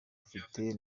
afite